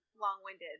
Long-winded